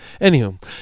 Anywho